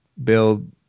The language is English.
build